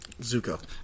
Zuko